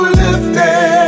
lifted